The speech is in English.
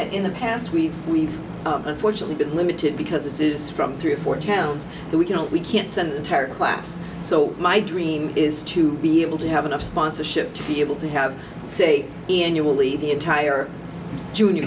in the past we've we've unfortunately been limited because it is from three or four towns that we cannot we can't send entire class so my dream is to be able to have enough sponsorship to be able to have say annually the entire junior